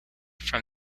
from